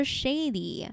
shady